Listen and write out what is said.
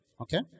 Okay